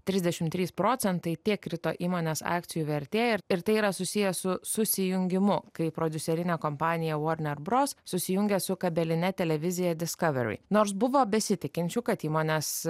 trisdešimt trys procentai tiek krito įmonės akcijų vertė ir tai yra susiję su susijungimu kai prodiuserinė kompanija warner bros susijungė su kabeline televizija discovery nors buvo besitikinčių kad įmonės